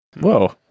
Whoa